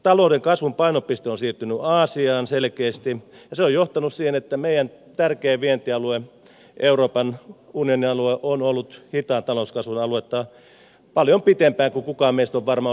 talouden kasvun painopiste on siirtynyt aasiaan selkeästi ja se on johtanut siihen että meidän tärkein vientialueemme euroopan unionin alue on ollut hitaan talouskasvun aluetta paljon pidempään kuin kukaan meistä on varmaan osannut kuvitella